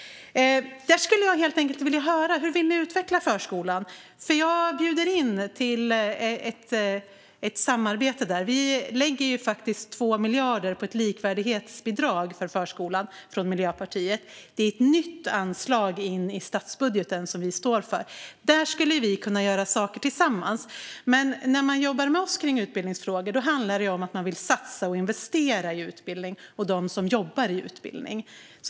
Jag skulle helt enkelt vilja höra hur ni vill utveckla förskolan. Jag bjuder in till ett samarbete där. Vi i Miljöpartiet lägger 2 miljarder på ett likvärdighetsbidrag för förskolan. Det är ett nytt anslag i statsbudgeten som vi står för. Där skulle vi kunna göra saker tillsammans. När man jobbar med oss i utbildningsfrågor handlar det om att satsa på och investera i utbildning och dem som jobbar inom utbildning.